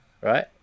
right